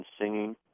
singing